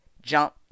jump